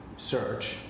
search